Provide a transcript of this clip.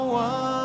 one